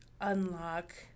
unlock